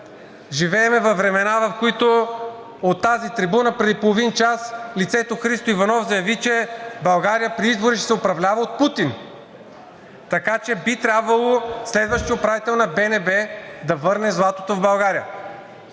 Живеем във времена, в които от тази трибуна преди половин час лицето Христо Иванов заяви, че България при изборите ще се управлява от Путин. Така че би трябвало следващият управител на БНБ да върне златото в България.